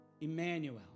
Emmanuel